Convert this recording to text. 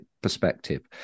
perspective